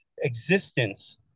existence